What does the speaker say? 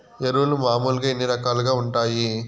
ఎరువులు మామూలుగా ఎన్ని రకాలుగా వుంటాయి?